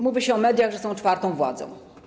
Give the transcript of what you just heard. Mówi się o mediach, że są czwartą władzą.